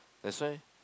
that's why